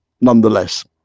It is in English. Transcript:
nonetheless